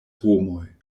homoj